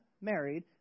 married